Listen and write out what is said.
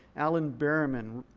alan berryman,